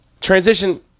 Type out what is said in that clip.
transition